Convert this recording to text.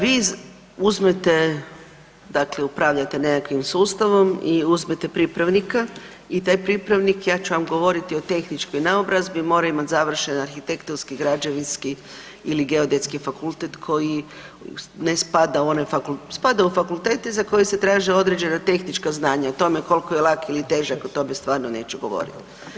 Vi uzmete dakle upravljate nekakvim sustavom i uzmete pripravnika i taj pripravnik ja ću vam govorit o tehničkoj naobrazbi, mora imati završen Arhitektonski-građevinski ili geodetski fakultet koji ne spada u one, spada u fakultete za koje se traže određena tehnička znanja, o tome koliko je lak ili težak o tome stvarno neću govoriti.